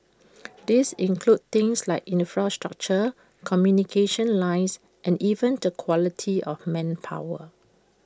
these include things like infrastructure communication lines and even the quality of manpower